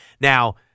Now